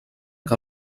que